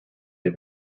der